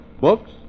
books